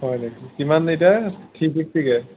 হয় নেকি কিমান এতিয়া থ্ৰি ফিফ্টিকৈ